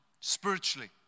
spiritually